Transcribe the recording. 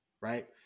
right